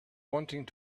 wanting